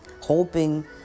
Hoping